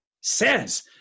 says